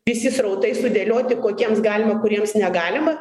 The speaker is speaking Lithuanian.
visi srautai sudėlioti kokiems galima kuriems negalima